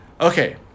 Okay